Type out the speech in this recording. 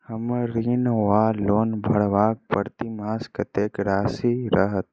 हम्मर ऋण वा लोन भरबाक प्रतिमास कत्तेक राशि रहत?